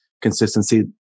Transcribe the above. Consistency